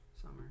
summer